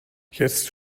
jetzt